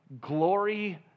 glory